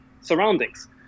surroundings